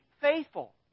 faithful